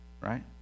right